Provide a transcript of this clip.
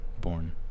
born